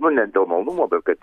nu ne dėl malonumo bet kad